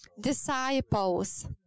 disciples